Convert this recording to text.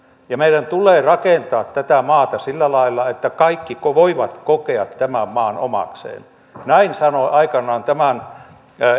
meidän tulee rakentaa tätä maata sillä lailla että kaikki voivat kokea tämän maan omakseen näin sanoi aikanaan tämän